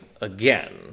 again